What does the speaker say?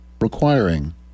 requiring